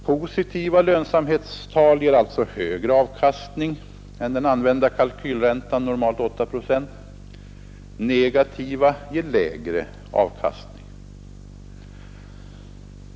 Positiva lönsamhetstal ger alltså högre avkastning än den använda kalkylräntan — normalt åtta procent —, negativa ger lägre avkastning.